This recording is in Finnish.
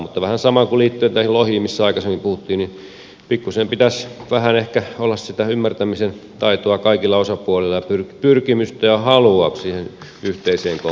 siihen liittyy vähän sama kuin näihin lohiin mistä aikaisemmin puhuttiin että pikkuisen pitäisi vähän ehkä olla sitä ymmärtämisen taitoa kaikilla osapuolilla ja pyrkimystä ja halua siihen yhteiseen kompromissiin